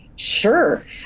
Sure